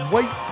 Wait